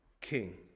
king